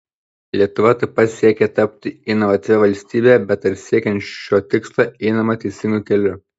lietuva taip pat siekia tapti inovatyvia valstybe bet ar siekiant šio tikslo einama teisingu keliu